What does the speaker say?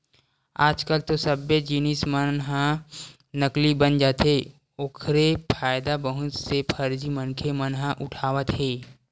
आज कल तो सब्बे जिनिस मन ह नकली बन जाथे ओखरे फायदा बहुत से फरजी मनखे मन ह उठावत हे